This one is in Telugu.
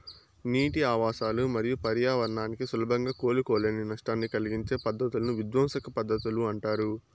నీటి ఆవాసాలు మరియు పర్యావరణానికి సులభంగా కోలుకోలేని నష్టాన్ని కలిగించే పద్ధతులను విధ్వంసక పద్ధతులు అంటారు